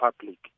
public